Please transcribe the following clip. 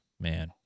man